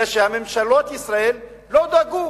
אלא שממשלות ישראל לא דאגו